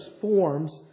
forms